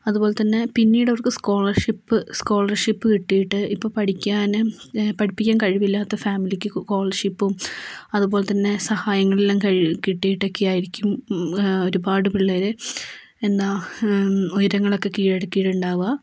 അതുപോലെത്തന്നെ പിന്നീടവർക്ക് scholarship scholarship കിട്ടിയിട്ട് ഇപ്പം പഠിക്കാനും പഠിപ്പിക്കാൻ കഴിവില്ലാത്ത ഫാമിലിയ്ക്ക് സ്കോളർഷിപ്പും അതുപോലെത്തന്നെ സഹായങ്ങളെല്ലാം കൈയ്യിൽ കിട്ടിയിട്ടൊക്കെ ആയിരിക്കും ഒരുപാട് പിള്ളേർ എന്താ ഉയരങ്ങളൊക്കെ കീഴടക്കിയിട്ടുണ്ടാവുക